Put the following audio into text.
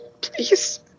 please